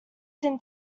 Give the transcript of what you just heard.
thin